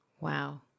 Wow